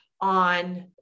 on